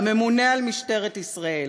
"הממונה על משטרת ישראל.